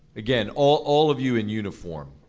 again, all all of you in uniform,